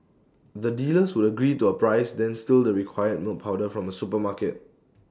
the dealers would agree to A price then steal the required milk powder from A supermarket